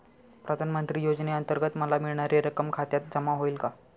प्रधानमंत्री योजनेअंतर्गत मला मिळणारी रक्कम खात्यात जमा होईल का?